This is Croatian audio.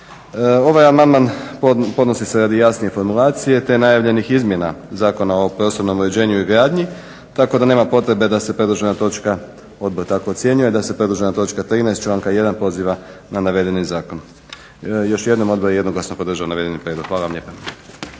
Ovaj amandman podnosi se radi jasnije formulacije te najavljenih izmjena Zakona o prostornom uređenju i gradnji tako da nema potrebe da se predložena točka odbor tako ocjenjuje, da se predložena točka 13. članka 1. poziva na navedeni zakon. Još jednom odbor je jednoglasno podržao navedeni prijedlog. Hvala vam lijepa.